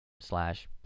slash